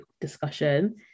discussion